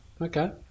Okay